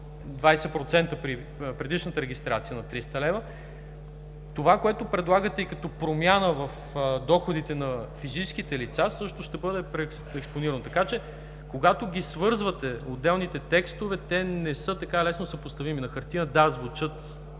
– при предишната регистрация на 300 лв. Това, което предлагате като промяна в доходите на физическите лица, също ще бъде преекспонирано. Когато свързвате отделните текстове, те не са така лесно съпоставими. На хартия, да, звучи